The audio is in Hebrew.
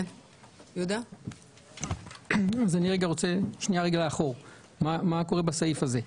אני רוצה ללכת רגע לאחור ולראות מה קורה בסעיף הזה.